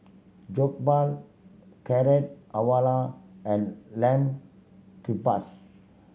Jokbal Carrot Halwa and Lamb Kebabs